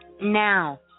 Now